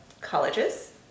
colleges